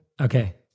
Okay